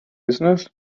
business